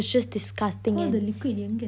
pour the liquid எங்க:enga